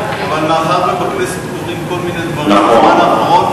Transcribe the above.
אבל מאחר שבכנסת קורים כל מיני דברים בזמן האחרון,